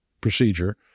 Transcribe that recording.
procedure